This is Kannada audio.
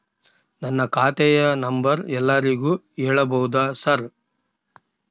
ನನ್ನ ಖಾತೆಯ ನಂಬರ್ ಎಲ್ಲರಿಗೂ ಹೇಳಬಹುದಾ ಸರ್?